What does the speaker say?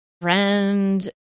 friend